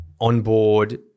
onboard